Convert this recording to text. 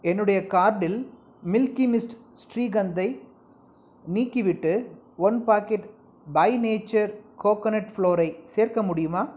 என்னுடைய கார்ட்டில் milky mist ஸ்ரீகந்த்தை நீக்கிவிட்டு one packet by nature coconut ஃப்ளோரை சேர்க்க முடியுமா